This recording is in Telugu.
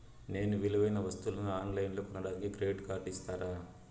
నేను విలువైన వస్తువులను ఆన్ లైన్లో కొనడానికి క్రెడిట్ కార్డు ఇస్తారా?